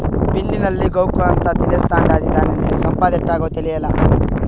పిండి నల్లి గోగాకంతా తినేస్తాండాది, దానిని సంపేదెట్టాగో తేలీలా